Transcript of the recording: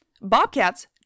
Bobcats